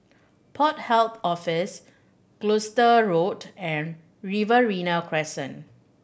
Port Health Office Gloucester Road and Riverina Crescent